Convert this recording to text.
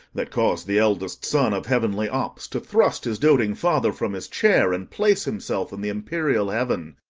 that caus'd the eldest son of heavenly ops to thrust his doting father from his chair, and place himself in the empyreal heaven,